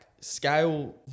scale